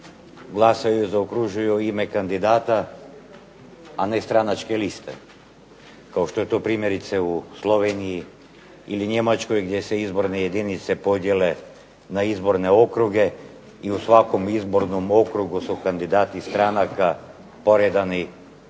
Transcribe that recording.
glasaju i zaokružuju ime kandidata, a ne stranačke liste kao što je to primjerice u Sloveniji ili Njemačkoj gdje se izborne jedinice podjele na izborne okruge i u svakom izbornom okrugu su kandidati stranaka poredani